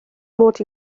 mod